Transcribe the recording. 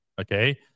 okay